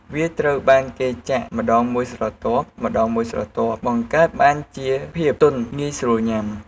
វាត្រូវបានគេចាក់ម្តងមួយស្រទាប់ៗ បង្កើតបានជាភាពទន់ងាយស្រួលញុាំ។